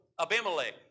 Abimelech